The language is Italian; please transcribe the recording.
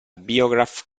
biograph